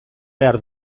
behar